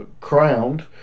crowned